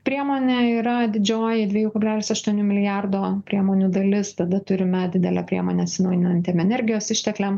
priemonė yra didžioji dviejų kablelis aštuonių milijardo priemonių dalis tada turime didelę priemonę atsinaujinantiem energijos ištekliam